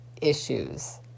issues